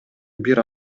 бир